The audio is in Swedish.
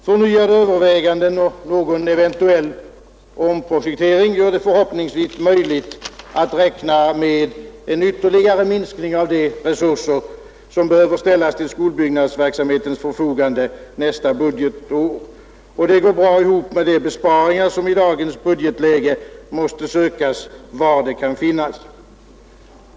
Förnyade överväganden och eventuella omprojekteringar gör det förhoppningsvis möjligt att räkna med en ytterligare minskning av de resurser som behöver ställas till skolbyggnadsverksamhetens förfogande nästa budgetår, och det går bra ihop med de besparingar som i dagens budgetläge måste sökas var de kan finnas.